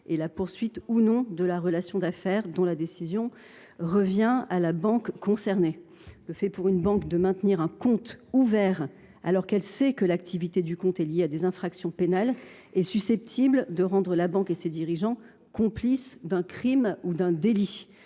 et la poursuite ou non de la relation d’affaires, dont la décision revient à la banque concernée. Le fait pour une banque de maintenir un compte ouvert, alors qu’elle sait que l’activité du compte est liée à des infractions pénales, est susceptible de rendre celle ci, avec ses dirigeants, complice d’un crime ou d’un délit